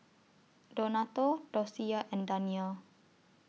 Donato Docia and Danyel